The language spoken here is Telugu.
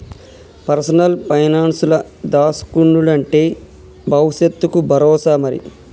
పర్సనల్ పైనాన్సుల దాస్కునుడంటే బవుసెత్తకు బరోసా మరి